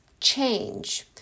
change